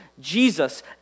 Jesus